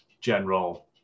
general